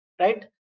right